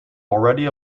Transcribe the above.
already